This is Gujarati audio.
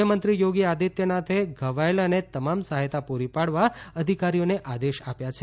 મુખ્યમંત્રી યોગી આદિત્યનાથે ધવાયેલાને તમામ સહાયતા પૂરી પાડવા અધિકારીઓને આદેશ આપ્યા છે